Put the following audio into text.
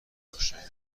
آشنایی